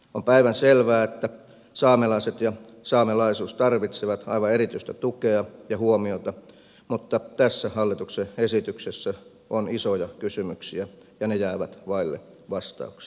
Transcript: on päivänselvää että saamelaiset ja saamelaisuus tarvitsevat aivan erityistä tukea ja huomiota mutta tässä hallituksen esityksessä on isoja kysymyksiä ja ne jäävät vaille vastauksia